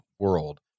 world